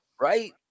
Right